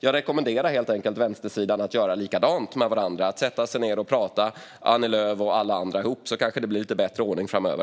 Jag rekommenderar helt enkelt vänstersidan att göra likadant: Sätt er ned och prata, Annie Lööf och alla andra ihop, så kanske det blir lite bättre ordning framöver!